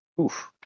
Oof